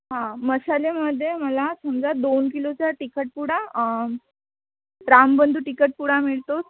हां मसाल्यामध्ये मला समजा दोन किलोचा तिखटपुडा रामबंधू तिखटपुडा मिळतो